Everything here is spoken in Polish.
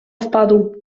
wpadł